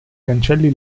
cancelli